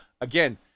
again